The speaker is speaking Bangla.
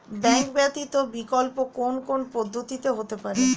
ব্যাংক ব্যতীত বিকল্প কোন কোন পদ্ধতিতে হতে পারে?